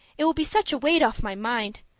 it will be such a weight off my mind,